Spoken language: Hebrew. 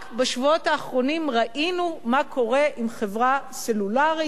רק בשבועות האחרונים ראינו מה קורה עם חברה סלולרית,